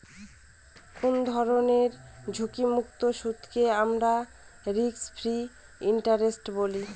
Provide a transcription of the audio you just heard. কোনো ধরনের ঝুঁকিমুক্ত সুদকে আমরা রিস্ক ফ্রি ইন্টারেস্ট বলি